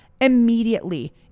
immediately